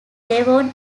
devon